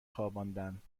خواباندند